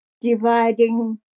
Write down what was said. dividing